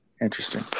Interesting